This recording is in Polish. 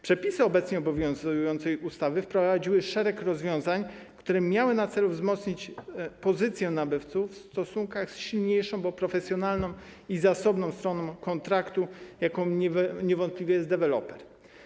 Przepisy obecnie obowiązującej ustawy wprowadziły szereg rozwiązań, które miały na celu wzmocnienie pozycji nabywców w stosunkach z silniejszą, bo profesjonalną i zasobną, stroną kontraktu, jaką niewątpliwie jest deweloper.